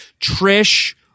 Trish